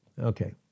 Okay